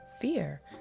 fear